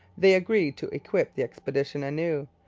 they agreed to equip the expedition anew.